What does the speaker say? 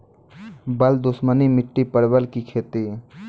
बल दुश्मनी मिट्टी परवल की खेती?